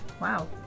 Wow